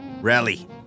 Rally